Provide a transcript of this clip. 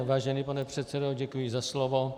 Vážený pane předsedo, děkuji za slovo.